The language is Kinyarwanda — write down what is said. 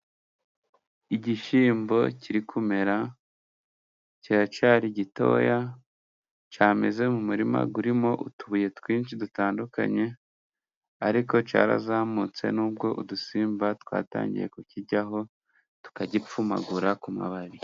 Igishyimbo kiri kumera, kiracyari gitoya. Cyameze mu murima urimo utubuye twinshi dutandukanye, ariko cyarazamutse n'ubwo udusimba twatangiye kukiryaho tukagipfumagura ku mababi.